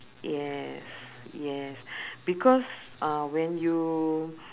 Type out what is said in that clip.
yes yes because uh when you